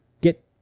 Get